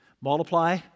multiply